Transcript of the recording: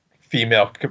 female